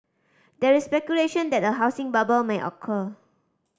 there is speculation that a housing bubble may occur